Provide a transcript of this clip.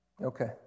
Okay